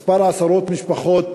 כמה עשרות משפחות,